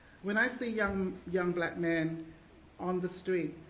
when i see young young black men on the street